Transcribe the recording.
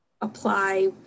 apply